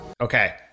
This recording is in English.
okay